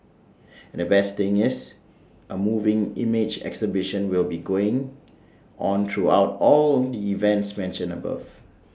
and the best thing is A moving image exhibition will be going on throughout all the events mentioned above